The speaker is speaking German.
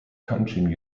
country